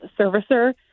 servicer